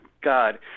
god